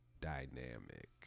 dynamic